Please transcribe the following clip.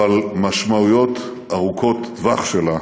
אבל משמעויות ארוכות טווח שלה